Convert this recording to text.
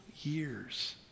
years